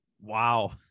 Wow